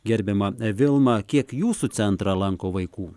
gerbiama vilma kiek jūsų centrą lanko vaikų